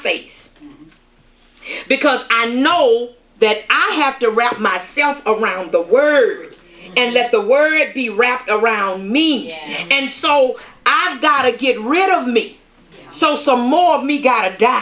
face because and know that i have to wrap myself around the word and let the word be wrapped around me and so i have got to get rid of me so some more me gotta die